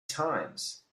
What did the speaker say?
times